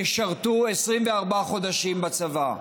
ישרתו 24 חודשים בצבא.